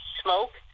smoke